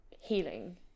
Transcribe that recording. healing